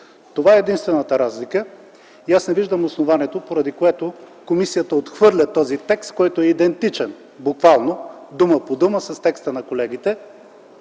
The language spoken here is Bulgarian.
Това е единствената разлика и аз не виждам основанието, поради което комисията отхвърля този текст, който е идентичен буквално дума по дума с текста на колегите.